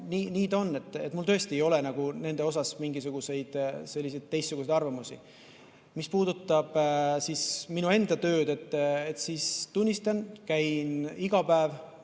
nii ta on. Mul tõesti ei ole nende osas mingisuguseid selliseid teistsuguseid arvamusi. Mis puudutab minu enda tööd, siis tunnistan, et käin iga päev